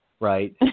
Right